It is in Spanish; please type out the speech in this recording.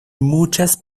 muchas